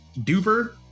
Duper